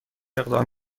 اقدام